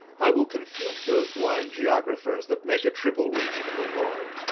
i will confute those blind geographers that make a triple region in the world,